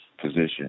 position